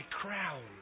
crown